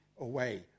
away